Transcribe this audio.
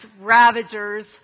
ravagers